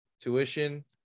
tuition